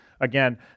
Again